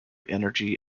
energy